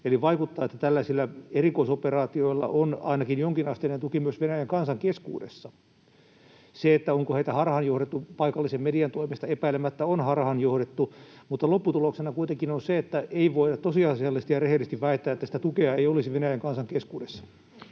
eli vaikuttaa, että tällaisilla erikoisoperaatioilla on ainakin jonkinasteinen tuki myös Venäjän kansan keskuudessa. Onko heitä harhaanjohdettu paikallisen median toimesta? Epäilemättä on harhaanjohdettu, mutta lopputuloksena kuitenkin on se, että ei voida tosiasiallisesti ja rehellisesti väittää, että sitä tukea ei olisi Venäjän kansan keskuudessa.